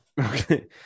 Okay